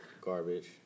Garbage